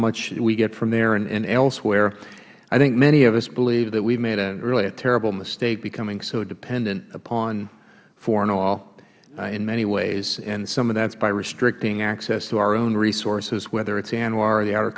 much we get from there and elsewhere i think many of us believe that we made really a terrible mistake becoming so dependent upon foreign oil in many ways and some of that is by restricting access to our own resources whether it is a